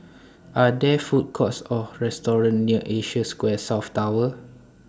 Are There Food Courts Or Restaurant near Asia Square South Tower